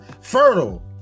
fertile